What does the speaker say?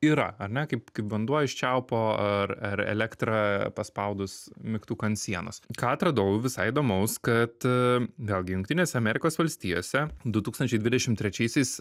yra ar ne kaip kaip vanduo iš čiaupo ar elektrą paspaudus mygtuką ant sienos ką atradau visai įdomaus kad vėlgi jungtinėse amerikos valstijose du tūkstančiai dvidešimt trečiaisiais